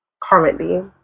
currently